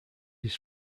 his